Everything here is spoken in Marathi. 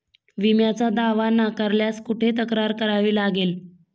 विम्याचा दावा नाकारल्यास कुठे तक्रार करावी लागेल?